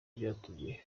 byatumye